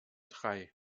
drei